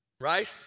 right